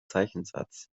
zeichensatz